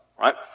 right